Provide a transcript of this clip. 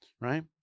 right